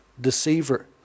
deceiver